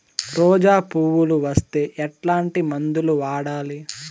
రోజా పువ్వులు వస్తే ఎట్లాంటి మందులు వాడాలి?